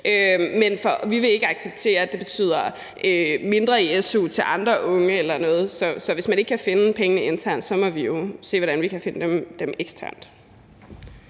Men vi vil ikke acceptere, at det betyder mindre i su til andre unge eller noget, så hvis ikke man kan finde pengene internt, må vi jo se, hvordan vi kan finde dem eksternt.